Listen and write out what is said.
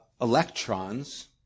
electrons